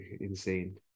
insane